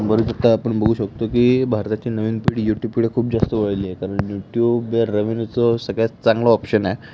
बरेच आता आपण बघू शकतो की भारताची नवीन पिढी यूट्यूबकडे खूप जास्त वळली आहे कारण यूट्यूब हे रेव्हेन्यूचं सगळ्यात चांगलं ऑप्शन आहे